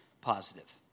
positive